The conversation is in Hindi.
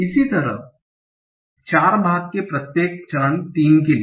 इसी तरह 4 भाग के प्रत्येक के चरण 3 के लिए